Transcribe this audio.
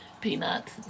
peanuts